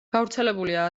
გავრცელებულია